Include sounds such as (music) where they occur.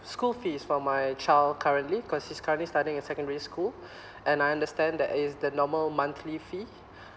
school fees for my child currently because he's currently studying in secondary school (breath) and I understand that is the normal monthly fee (breath)